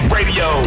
Radio